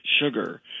sugar